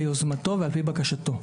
ביוזמתו ועל פי בקשתו.